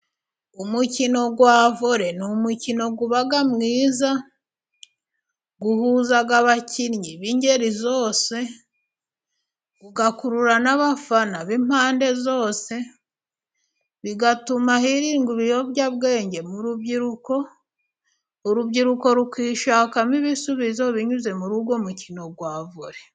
Umukino wa vore ni umukino uba mwiza, uhuza abakinnyi b'ingeri zose, ugakurura n'abafana b'impande zose, bigatuma hirindwa ibiyobyabwenge mu rubyiruko, urubyiruko rukishakamo ibisubizo binyuze muri uwo mukino wa vore.